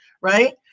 right